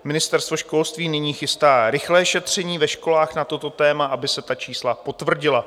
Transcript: Ministerstvo školství nyní chystá rychlé šetření ve školách na toto téma, aby se ta čísla potvrdila.